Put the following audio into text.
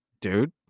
dude